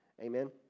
Amen